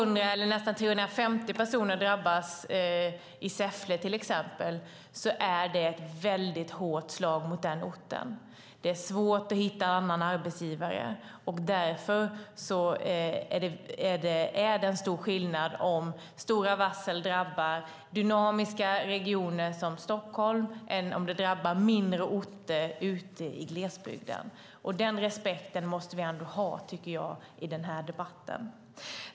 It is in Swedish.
När nästan 350 personer drabbas i exempelvis Säffle är det ett mycket hårt slag mot orten. Det är svårt att hitta en annan arbetsgivare, och därför är det stor skillnad om stora varsel drabbar dynamiska regioner som Stockholm eller om de drabbar mindre orter ute i glesbygden. Den respekten tycker jag att vi måste ha i debatten.